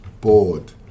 board